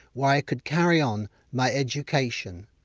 why i could carry on my education.